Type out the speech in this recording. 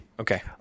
Okay